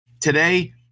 Today